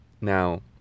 Now